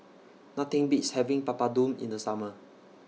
Nothing Beats having Papadum in The Summer